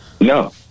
No